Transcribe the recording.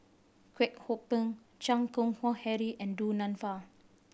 Kwek Hong Png Chan Keng Howe Harry and Du Nanfa